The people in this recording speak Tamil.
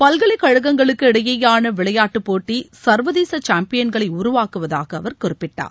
பல்கலைக்கழகங்களுக்கு இடையேயான விளையாட்டுப்போட்டி சர்வதேச சும்பியன்களை உருவாக்குவதாக அவர் குறிப்பிட்டார்